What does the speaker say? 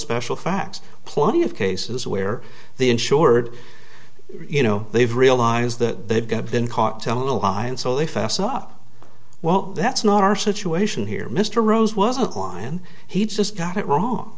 special facts plenty of cases where the insured you know they've realize that they've got been caught telling a lie and so they fess up well that's not our situation here mr rose wasn't line he just got it